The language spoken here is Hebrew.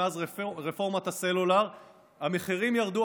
מאז רפורמת הסלולר המחירים ירדו,